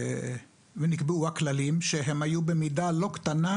ונקבעו הכללים שהם היו במידה לא קטנה,